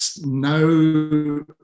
no